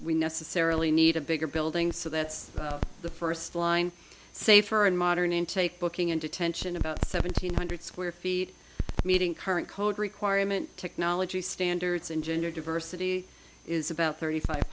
we necessarily need a bigger building so that's the first line safer and modern intake booking and detention about seven hundred square feet meeting current code requirement technology standards and gender diversity is about thirty five